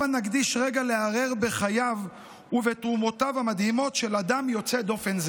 הבה נקדיש רגע להרהר בחייו ובתרומותיו המדהימות של אדם יוצא דופן זה.